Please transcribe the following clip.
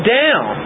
down